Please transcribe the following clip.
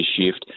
shift